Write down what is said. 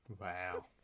Wow